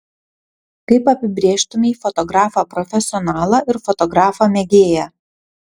kaip apibrėžtumei fotografą profesionalą ir fotografą mėgėją